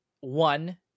one